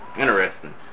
Interesting